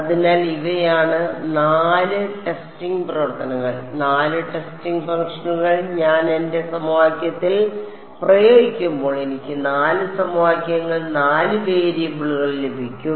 അതിനാൽ ഇവയാണ് 4 ടെസ്റ്റിംഗ് പ്രവർത്തനങ്ങൾ 4 ടെസ്റ്റിംഗ് ഫംഗ്ഷനുകൾ ഞാൻ എന്റെ സമവാക്യത്തിൽ പ്രയോഗിക്കുമ്പോൾ എനിക്ക് 4 സമവാക്യങ്ങൾ 4 വേരിയബിളുകൾ ലഭിക്കും